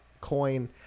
coin